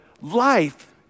life